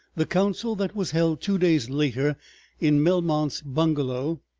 the council that was held two days later in melmount's bungalow,